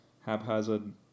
haphazard